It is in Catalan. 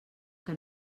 que